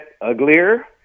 uglier